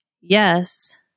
yes